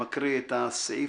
מי מציג את הצו?